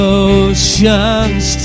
oceans